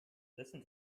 listen